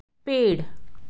पेड़